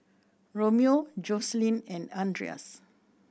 Romeo Jocelyn and Andreas